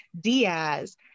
Diaz